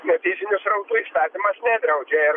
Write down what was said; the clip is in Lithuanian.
ne fizinių srautų įstatymas nedraudžia ir